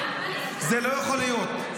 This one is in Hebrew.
זה לא יכול להיות.